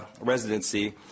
residency